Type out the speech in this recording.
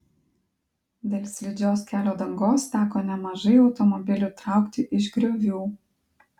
dėl slidžios kelio dangos teko nemažai automobilių traukti iš griovių